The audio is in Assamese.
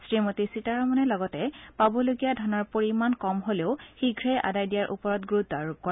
শ্ৰীমতী সীতাৰমনে লগতে পাবলগীয়া ধনৰ পৰিমাণ কম হ'লেও শীঘ্ৰেই আদায় দিয়াৰ ওপৰত গুৰুত্ব আৰোপ কৰে